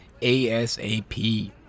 ASAP